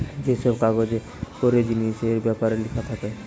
যে সব কাগজে করে জিনিসের বেপারে লিখা থাকে